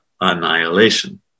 annihilation